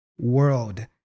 world